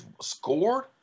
scored